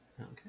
Okay